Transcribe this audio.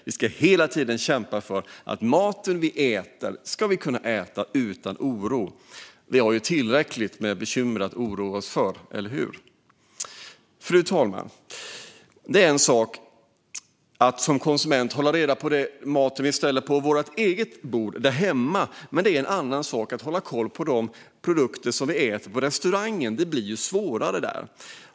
Vi ska hela tiden kämpa för att vi ska kunna äta vår mat utan att känna oro. Vi har ju tillräckligt med bekymmer att oroas över, eller hur? Fru talman! Det är en sak för oss konsumenter att hålla reda på maten vi ställer på vårt bord hemma. Det är en annan sak att hålla koll på de produkter som vi äter på restaurangen. Det blir svårare där.